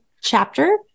chapter